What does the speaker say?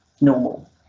normal